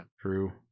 True